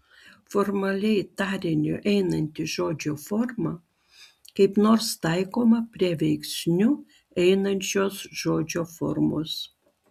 formaliai tariniu einanti žodžio forma kaip nors taikoma prie veiksniu einančios žodžio formos